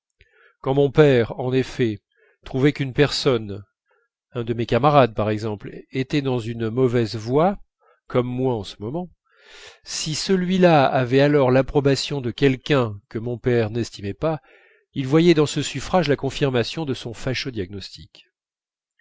quand mon père en effet trouvait qu'une personne un de mes camarades par exemple était dans une mauvaise voie comme moi en ce moment si celui-là avait alors l'approbation de quelqu'un que mon père n'estimait pas il voyait dans ce suffrage la confirmation de son fâcheux diagnostic